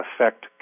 affect